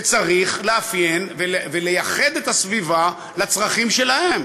וצריך לאפיין ולייחד את הסביבה לצרכים שלהם.